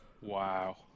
Wow